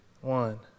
one